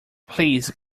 please